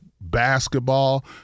basketball